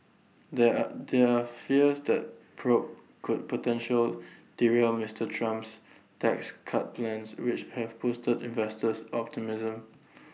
there are there are fears that probe could potentially derail Mister Trump's tax cut plans which have boosted investors optimism